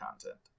content